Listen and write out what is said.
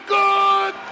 good